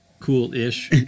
Cool-ish